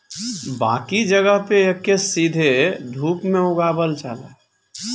बाकी जगह पे एके सीधे धूप में उगावल जाला